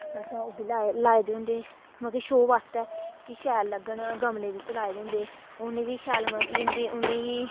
असें ओह् बी लाए लाए दे होंदे मतलब कि शो बास्तै कि शैल लग्गन गमले बिच्च लाए दे होंदे उ'नें बी शैल मतलब कि उं'दी उ'नें गी